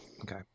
Okay